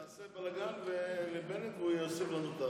תעשה בלגן לבנט והוא ישים לנו את,